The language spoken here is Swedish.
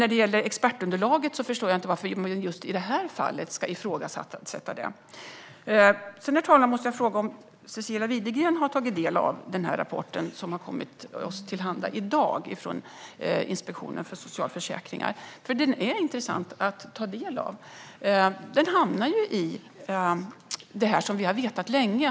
När det gäller expertunderlaget förstår jag inte varför man just i det här fallet ska ifrågasätta detta. Herr talman! Jag måste fråga om Cecilia Widegren har tagit del av den rapport från Inspektionen för socialförsäkringen som har kommit oss till handa i dag. Den är nämligen intressant att ta del av. Den landar i något som vi har vetat länge.